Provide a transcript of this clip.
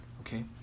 Okay